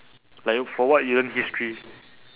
like you for what you learn history